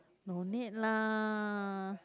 no need lah